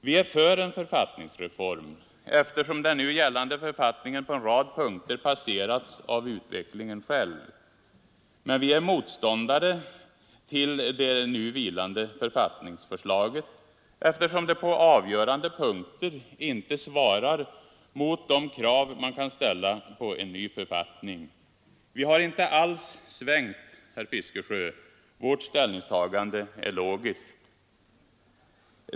Vi är för en författningsreform, eftersom den nu gällande författningen på en rad punkter passerats av utvecklingen själv. Men vi är motståndare till det nu vilande författningsförslaget, eftersom det på avgörande punkter inte svarar mot de krav man kan ställa på en ny författning. Vi har inte alls svängt, herr Fiskesjö. Vårt ställningstagande är logiskt.